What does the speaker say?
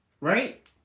right